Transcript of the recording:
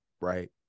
right